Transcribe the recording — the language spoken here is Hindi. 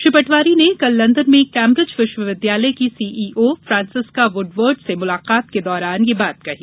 श्री पटवारी ने कल लंदन में कैम्ब्रिज विश्वविद्यालय की सीईओ फ्रांसिसका वृडवर्ड से मुलाकात के दौरान यह बात कही